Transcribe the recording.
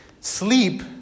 Sleep